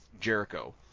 Jericho